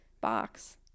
box